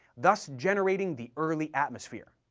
thus generating the early atmosphere.